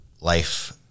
life